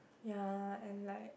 ya and like